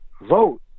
vote